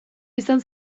izaten